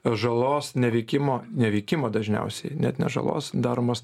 ar žalos neveikimo neveikimo dažniausiai net ne žalos daromos